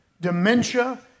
dementia